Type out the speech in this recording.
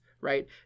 right